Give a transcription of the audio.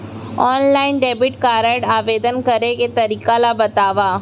Online debit card आवेदन करे के तरीका ल बतावव?